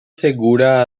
segura